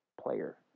player